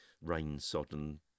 rain-sodden